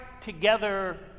together